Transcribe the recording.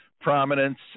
prominence